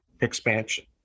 expansion